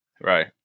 Right